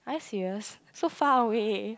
are you serious so far away